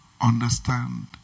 understand